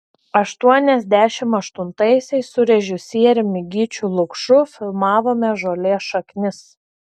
aštuoniasdešimt aštuntaisiais su režisieriumi gyčiu lukšu filmavome žolės šaknis